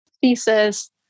thesis